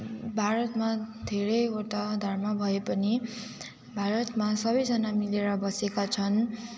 भारतमा धेरैवटा धर्म भएपनि भारतमा सबैजना मिलेर बसेका छन्